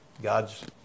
god's